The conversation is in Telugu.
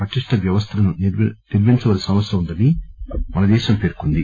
పటిష్ట వ్యవస్థలను నిర్మించవలసిన అవసరముందని మన దేశం పేర్కొంది